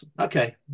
Okay